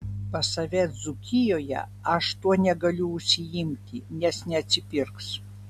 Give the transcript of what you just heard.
pas save dzūkijoje aš tuo negaliu užsiimti nes neatsipirks